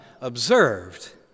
observed